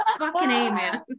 amen